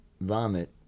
vomit